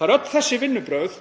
Það eru öll þessi vinnubrögð